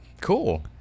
cool